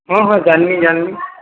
ହଁ ହଁ ଜାନ୍ନି ଜାନ୍ନି